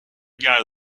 گرد